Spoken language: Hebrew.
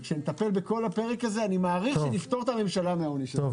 אני מעריך שנפטור את הממשלה מהעונש הזה כשנטפל בכל הפרק הזה.